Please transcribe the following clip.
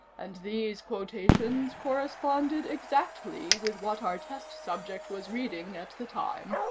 and these quotations corresponded exactly with what our test subject was reading at the time,